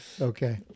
okay